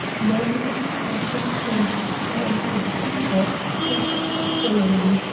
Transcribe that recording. now his expression changed to one of discomfort and utter gloom,